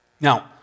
Now